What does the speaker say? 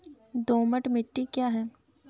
दोमट मिट्टी क्या है?